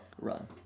run